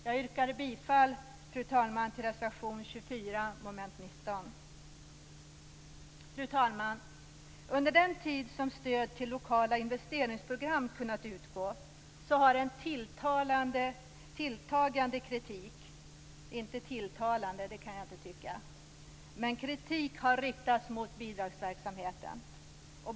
Jag yrkar bifall, fru talman, till reservation 24 Fru talman! Under den tid som stöd till lokala investeringsprogram kunnat utgå har en tilltagande kritik riktats mot bidragsverksamheten.